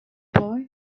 boy